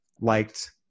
liked